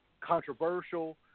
controversial